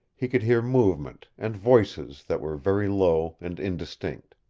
he could hear movement, and voices that were very low and indistinct.